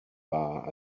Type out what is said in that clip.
bar